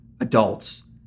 adults